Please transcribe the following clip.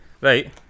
Right